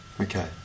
okay